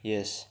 yes